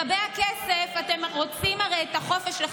עדיף מאשר כוח בלתי מוגבל,